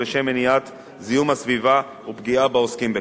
למניעת זיהום הסביבה ופגיעה בעוסקים בכך.